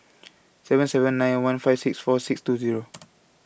seven seven nine one five six four six two Zero